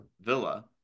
Villa